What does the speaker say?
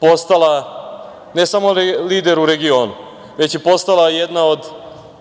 postala, ne samo lider u regionu, već je postala jedna od